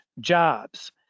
jobs